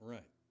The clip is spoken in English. Right